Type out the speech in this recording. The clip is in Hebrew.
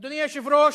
אדוני היושב-ראש,